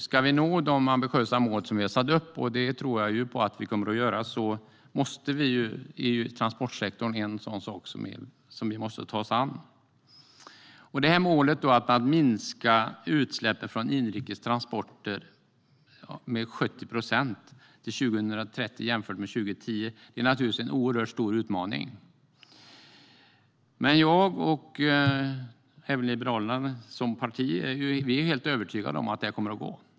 Ska vi nå de ambitiösa mål som vi har satt upp, och det tror jag att vi kommer att göra, måste vi ta oss an transportsektorn. Målet att minska utsläppen från inrikes transporter med 70 procent till 2030 jämfört med 2010 är naturligtvis en oerhört stor utmaning. Men jag och Liberalerna som parti är helt övertygade om att det kommer att gå.